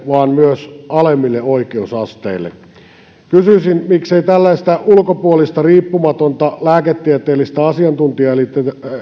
vaan myös alempia oikeusasteita koskien kysyisin miksei tällaista ulkopuolista riippumatonta lääketieteellistä asiantuntijaelintä